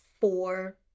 four